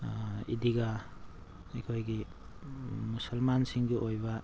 ꯏꯗꯤꯒꯥ ꯑꯩꯈꯣꯏꯒꯤ ꯃꯨꯁꯜꯃꯥꯟꯁꯤꯡꯒꯤ ꯑꯣꯏꯕ